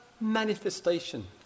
manifestation